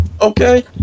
Okay